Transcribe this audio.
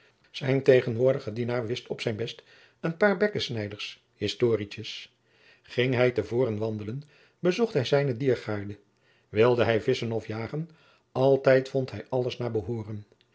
zijn tegenwoordige dienaar wist op zijn best een paar bekkesnijers historietjens ging hij te voren wandelen bezocht hij zijne diergaarde wilde hij visschen of jagen altijd vond hij alles naar behooren